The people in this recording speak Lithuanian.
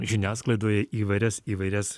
žiniasklaidoje įvairias įvairias